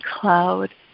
cloud